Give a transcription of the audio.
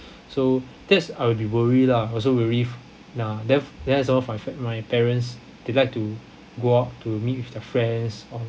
so that's I worry lah also worry f~ ya there then also my my parents they like to go out to meet with their friends or